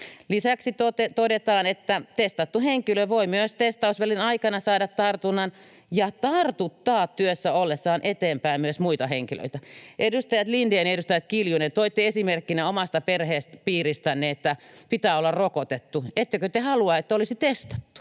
Lisäksi todetaan, että testattu henkilö voi myös testausvälin aikana saada tartunnan ja tartuttaa työssä ollessaan eteenpäin myös muita henkilöitä. Edustaja Lindén ja edustaja Kiljunen, toitte esimerkkinä omasta perhepiiristänne, että pitää olla rokotettu. Ettekö te halua, että olisi testattu?